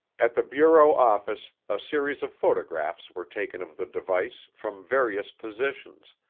at the bureau office a series of photographs were taken of the device from various positions,